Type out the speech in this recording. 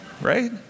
right